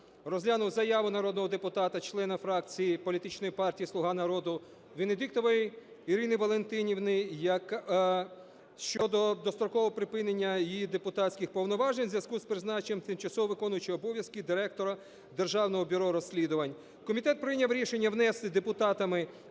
розглянув заяву народного депутата, члена фракції політичної партії "Слуга народу" Венедіктової Ірини Валентинівни щодо дострокового припинення її депутатських повноважень у зв'язку з призначенням тимчасово виконуючою обов'язки Директора Державного бюро розслідувань. Комітет прийняв рішення внести депутатами,